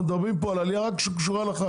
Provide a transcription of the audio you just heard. אנחנו מדברים פה על עלייה שקשורה לחג.